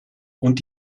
und